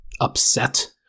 upset